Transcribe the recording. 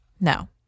No